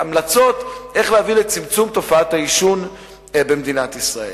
וההמלצות איך להביא לצמצום תופעת העישון במדינת ישראל.